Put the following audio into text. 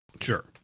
sure